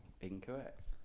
incorrect